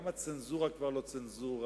גם הצנזורה כבר לא צנזורה,